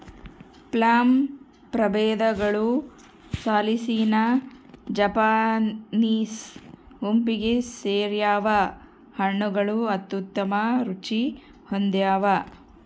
plum ಪ್ರಭೇದಗಳು ಸಾಲಿಸಿನಾ Japanese ಗುಂಪಿಗೆ ಸೇರ್ಯಾವ ಹಣ್ಣುಗಳು ಅತ್ಯುತ್ತಮ ರುಚಿ ಹೊಂದ್ಯಾವ